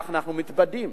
אבל אנחנו מתבדים.